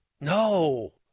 no